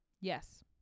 Yes